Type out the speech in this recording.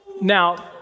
Now